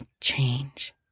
change